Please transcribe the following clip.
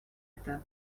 это